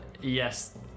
Yes